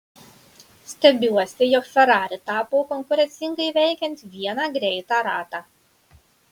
stebiuosi jog ferrari tapo konkurencinga įveikiant vieną greitą ratą